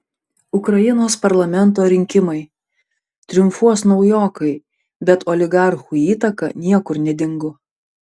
ukrainos parlamento rinkimai triumfuos naujokai bet oligarchų įtaka niekur nedingo